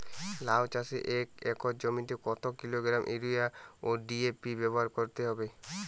লাউ চাষে এক একর জমিতে কত কিলোগ্রাম ইউরিয়া ও ডি.এ.পি ব্যবহার করতে হবে?